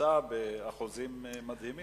לממוצע באחוזים מדהימים.